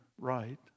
right